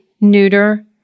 neuter